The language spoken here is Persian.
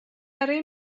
برای